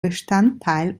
bestandteil